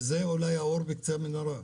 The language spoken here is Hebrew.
זה אולי האור בקצה המנהרה.